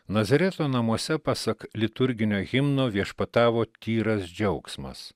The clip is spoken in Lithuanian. nazareto namuose pasak liturginio himno viešpatavo tyras džiaugsmas